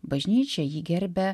bažnyčia jį gerbia